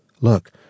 Look